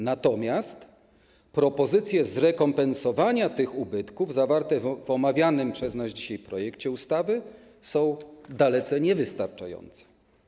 Natomiast propozycje zrekompensowania tych ubytków zawarte w omawianym przez nas dzisiaj projekcie ustawy są dalece niewystarczające.